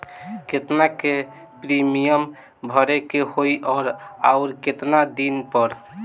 केतना के प्रीमियम भरे के होई और आऊर केतना दिन पर?